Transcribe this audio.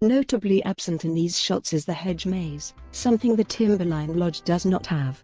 notably absent in these shots is the hedge maze, something the timberline lodge does not have.